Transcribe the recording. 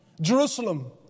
Jerusalem